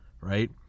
right